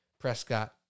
Prescott